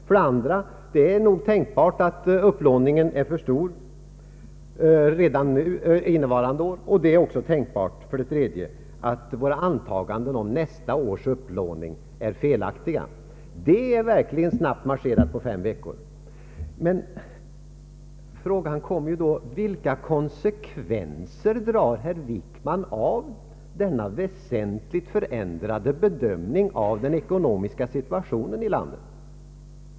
För det andra är det nog tänkbart att upplåningen är för stor redan innevarande år, och för det tredje är det nog tänkbart att regeringens antaganden om nästa års upplåning är felaktiga. Det är verkligen snabbt marscherat på fem veckor. Jag vill ställa frågan: Vilka konsekvenser drar herr Wickman av denna väsentligt förändrade bedömning av den ekonomiska situationen i landet?